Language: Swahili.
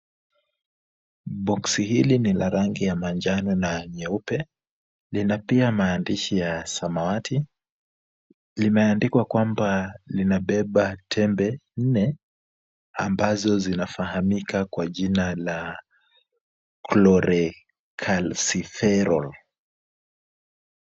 Boxi hili ni la rangi ya manjano na nyeupe. Lina pia maandishi ya samawati. Limeandikwa kwamba linabeba tembe nne ambazo zinafahamika kwa jina la Cholecalciferol.